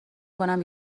کنم